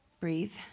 breathe